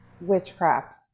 witchcraft